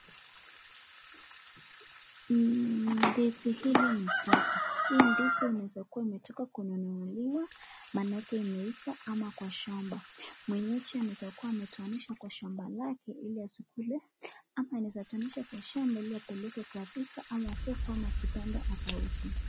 Ndizi hili ni safi. Hii ndizi inaeza kuwa imetoka kununuliwa manake imeiva ama kwa shamba. Mwenyeji anaeza kuwa ametoanisha kwa shamba lake ili azikule, ama anaeza toanisha kwa shamba ili apeleke kwa duka, ama soko, ama kibanda akauze.